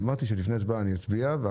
להצבעה.